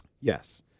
Yes